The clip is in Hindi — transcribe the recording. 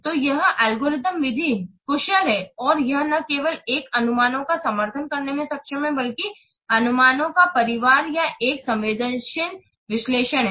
तो यह एल्गोरिथ्म विधि कुशल है और यह न केवल एकल अनुमानों का समर्थन करने में सक्षम है बल्कि अनुमानों का परिवार या एक संवेदनशील विश्लेषण है